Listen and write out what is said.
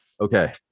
okay